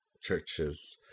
churches